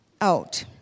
out